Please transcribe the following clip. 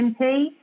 MP